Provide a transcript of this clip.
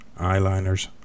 Eyeliners